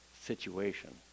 situation